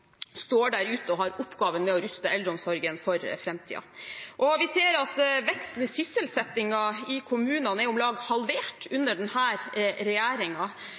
står der ute og har oppgaven med å ruste eldreomsorgen for framtiden. Vi ser at veksten i sysselsettingen i kommunene er om lag halvert under